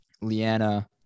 Leanna